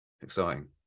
Exciting